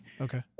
Okay